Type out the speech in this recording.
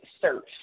search